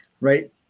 right